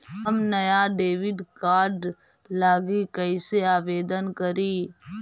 हम नया debit card लागी कईसे आवेदन करी?